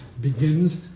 begins